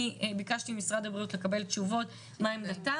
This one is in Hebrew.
אני ביקשתי ממשרד הבריאות לקבל תשובות מה עמדתם